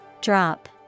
Drop